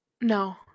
No